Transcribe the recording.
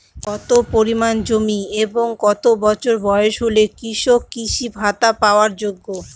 কত পরিমাণ জমি এবং কত বছর বয়স হলে কৃষক কৃষি ভাতা পাওয়ার যোগ্য?